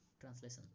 Translation